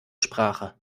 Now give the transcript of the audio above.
sprache